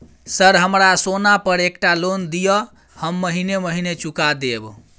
Sir हमरा सोना पर एकटा लोन दिऽ हम महीने महीने चुका देब?